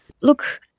Look